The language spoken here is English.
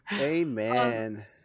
Amen